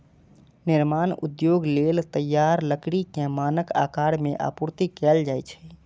निर्माण उद्योग लेल तैयार लकड़ी कें मानक आकार मे आपूर्ति कैल जाइ छै